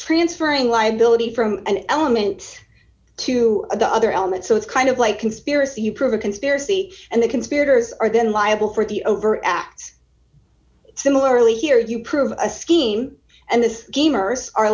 transferring liability from an element to the other element so it's kind of like conspiracy to prove a conspiracy and the conspirators are going liable for the over at similarly here you prove a scheme and the